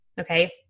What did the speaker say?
Okay